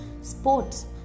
sports